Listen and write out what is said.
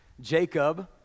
jacob